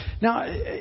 Now